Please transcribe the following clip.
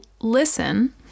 listen